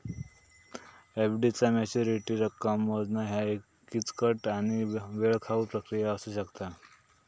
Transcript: FD चा maturity रक्कम मोजणा ह्या एक किचकट आणि वेळखाऊ प्रक्रिया असू शकता